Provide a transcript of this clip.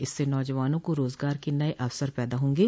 इससे नौजवानों को रोजगार के नये अवसर पैदा होंगे